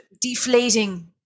deflating